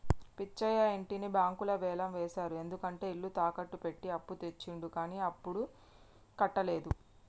పిచ్చయ్య ఇంటిని బ్యాంకులు వేలం వేశారు ఎందుకంటే ఇల్లు తాకట్టు పెట్టి అప్పు తెచ్చిండు కానీ అప్పుడు కట్టలేదు